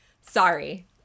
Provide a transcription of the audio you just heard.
sorry